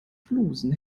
flusen